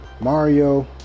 mario